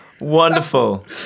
Wonderful